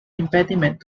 impediment